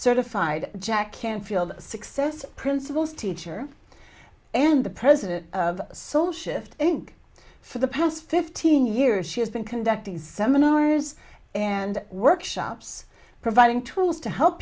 certified jack canfield success principles teacher and the president of soul shift inc for the past fifteen years she has been conducting seminars and workshops providing tools to help